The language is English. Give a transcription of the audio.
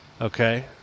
okay